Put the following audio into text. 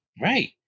Right